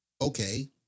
okay